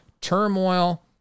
turmoil